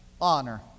honor